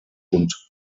und